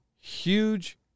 huge